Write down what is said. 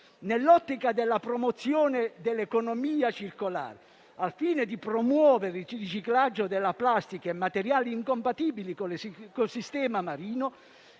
Nell'ottica della promozione dell'economia circolare, al fine di promuovere il riciclaggio della plastica e dei materiali incompatibili con il sistema marino,